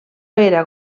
era